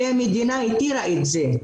כי המדינה התירה את זה,